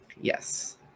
Yes